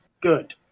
good